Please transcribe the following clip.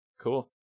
cool